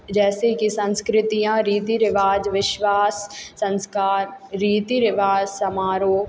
जैसे कि संस्कृतियाँ रीति रिवाज विश्वास संस्कार रीति रिवाज समारोह